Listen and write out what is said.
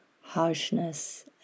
harshness